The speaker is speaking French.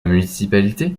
municipalité